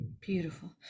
Beautiful